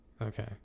Okay